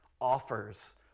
offers